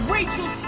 Rachel